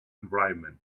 environment